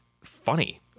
funny